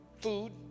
food